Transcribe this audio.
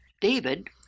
David